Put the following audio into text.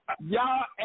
Y'all